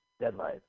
deadline